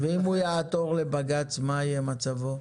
ואם הוא יעתור לבג"ץ, מה יהיה מצבו?